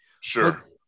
sure